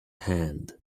hand